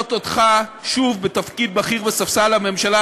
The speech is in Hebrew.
לראות אותך שוב בתפקיד בכיר בממשלה.